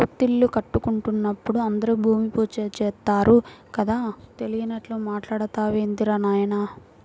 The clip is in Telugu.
కొత్తిల్లు కట్టుకుంటున్నప్పుడు అందరూ భూమి పూజ చేత్తారు కదా, తెలియనట్లు మాట్టాడతావేందిరా నాయనా